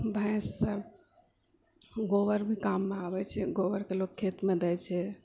भैंससे गोबरभी काममे आबैत छ गोबरकेंँ लोक खेतमे दैत छै